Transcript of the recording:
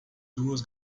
duas